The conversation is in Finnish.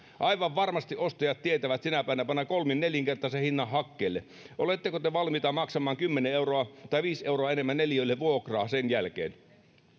aivan varmasti ostajat tietävät sinä päivänä pannaan kolmin nelinkertainen hinta hakkeelle oletteko te valmiita maksamaan kymmenen euroa tai viisi euroa enemmän neliöltä vuokraa sen jälkeen